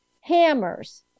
Hammers